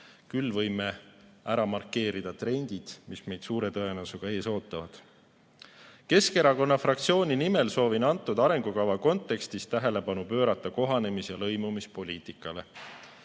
Küll võime ära markeerida trendid, mis meid suure tõenäosusega ees ootavad. Keskerakonna fraktsiooni nimel soovin antud arengukava kontekstis tähelepanu pöörata kohanemis‑ ja lõimumispoliitikale.